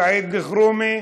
סעד אלחרומי,